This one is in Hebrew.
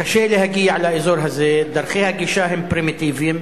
קשה להגיע לאזור הזה, דרכי הגישה הן פרימיטיביות,